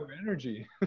energy